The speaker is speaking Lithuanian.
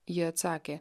ji atsakė